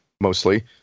mostly